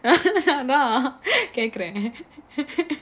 அதான்கேக்கறேன்: athaan kekkareen